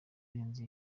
irenze